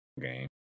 game